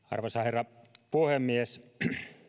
arvoisa herra puhemies